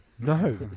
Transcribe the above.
no